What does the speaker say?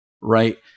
right